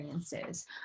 Experiences